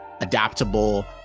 adaptable